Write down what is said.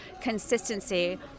consistency